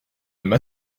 homme